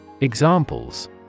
Examples